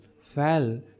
fell